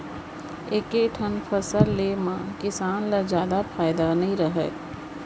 एके ठन फसल ले म किसान ल जादा फायदा नइ रहय